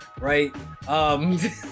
right